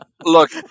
look